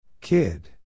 Kid